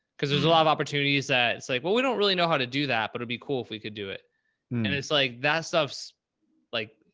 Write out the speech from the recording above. because there's a lot of opportunities that it's like, well, we don't really know how to do that, but it'd be cool if we could do it. and it's like that. stuff's like,